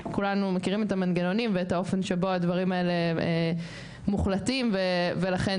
כולנו מכירים את המנגנונים ואת האופן שבו הדברים האלה מוחלטים ולכן